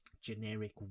generic